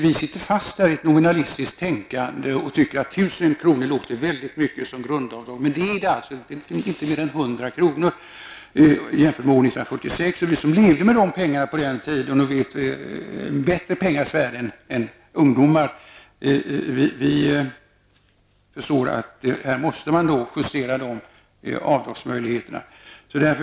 Vi sitter fast i ett nominalistiskt tänkande och tycker att 1 000 kr. låter väldigt mycket som grundavdrag. Det är det således inte. Det är inte mer än 100 kr. i 1946 års penningvärde. Vi som levde med de pengarna på den tiden och bättre vet pengars värde än ungdomar gör förstår att avdragsmöjligheterna måste justeras.